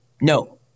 no